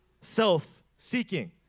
self-seeking